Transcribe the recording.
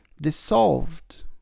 dissolved